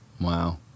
Wow